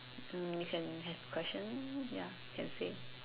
uh can have any question ya can say